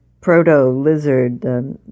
proto-lizard